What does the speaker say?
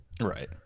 Right